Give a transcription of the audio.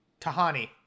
Tahani